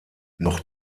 noch